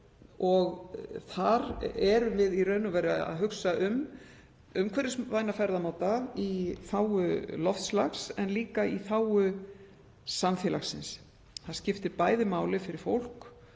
Þar erum við í raun og veru að hugsa um umhverfisvæna ferðamáta í þágu loftslags en líka í þágu samfélagsins. Það skiptir bæði máli fyrir fólk